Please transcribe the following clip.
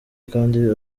kandi